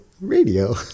radio